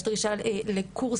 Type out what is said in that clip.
יש דרישה לקורסים,